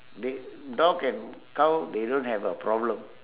they dog and cow they don't have a problem